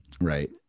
right